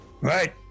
Right